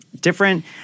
different